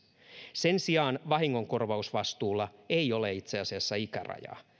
sen sijaan vahingonkorvausvastuulla ei ole itse asiassa ikärajaa